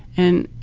and,